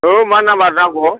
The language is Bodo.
औ मा नाम्बार नांगौ